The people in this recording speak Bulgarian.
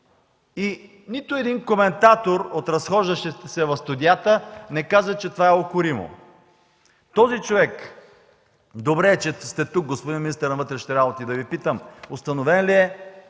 и нито един коментатор от разхождащите се в студията не каза, че това е укоримо! Този човек, добре е, че сте тук, господин министър на вътрешните работи, за да Ви попитам, установен ли е,